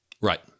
Right